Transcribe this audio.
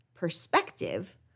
perspective